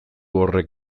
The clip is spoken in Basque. horrek